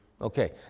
Okay